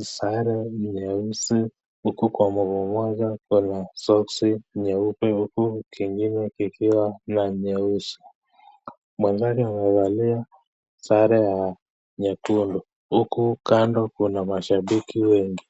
sare nyeusi huku kwa mguu moja kuna soksi nyeupe huku ingine ikiwa na nyeusi. Mwenzake amevalia sare ya nyekundu, huku kando kuna mashabiki wengi.